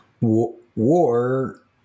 war